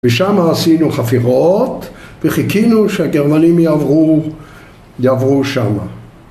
ושמה עשינו חפירות וחיכינו שהגרמנים יעברו שמה.